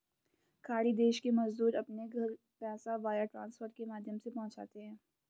खाड़ी देश के मजदूर अपने घर पैसा वायर ट्रांसफर के माध्यम से पहुंचाते है